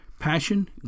Passion